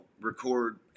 record